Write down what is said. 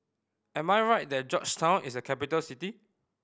am I right that Georgetown is a capital city